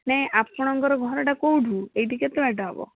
ନାହିଁ ଆପଣଙ୍କର ଘରଟା କେଉଁଠୁ ଏଇଠି କେତେ ବାଟ ହେବ